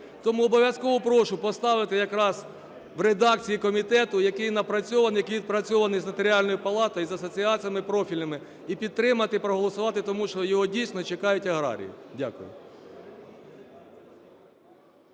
Тому обов'язково прошу поставити якраз в редакції комітету, який напрацьований, який відпрацьований з Нотаріальною палатою і з асоціаціями профільними, і підтримати, і проголосувати, тому що його дійсно чекають аграрії. Дякую.